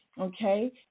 okay